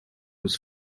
was